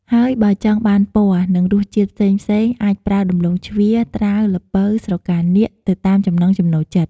ហើយបើចង់បានពណ៌ និងរសជាតិផេ្សងៗអាចប្រើ ដំឡូងជ្វា ត្រាវ ល្ពៅ ស្រកានាគ ទៅតាមចំណង់ចំណូលចិត្ត។